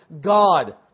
God